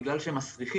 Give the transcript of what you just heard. בגלל שהם מסריחים,